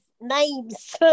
names